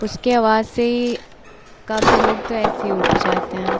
उसकी आवाज़ से ही काफ़ी लोग तो ऐसे ही उठ जाते हैं